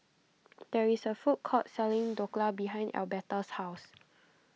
there is a food court selling Dhokla behind Elberta's house